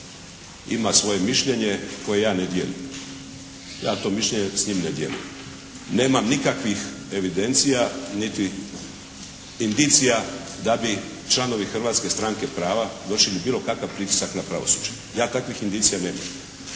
ima svoje mišljenje koje ja ne dijelim, ja to mišljenje s njim ne dijelim. Nemam nikakvih evidencija niti indicija da bi članovi Hrvatske stranke prava vršili bilo kakav pritisak na pravosuđe, ja takvih indicija nemam.